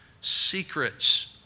secrets